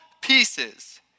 pieces